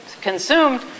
consumed